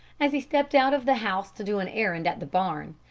as he stepped out of the house to do an errand at the barn,